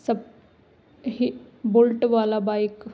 ਸਪ Bullet ਵਾਲਾ bike